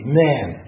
man